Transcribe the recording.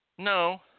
No